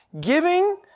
Giving